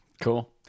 Cool